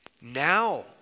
now